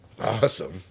awesome